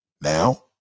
Now